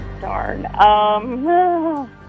darn